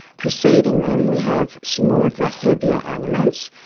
proceeding them we have some more of the heavier elements,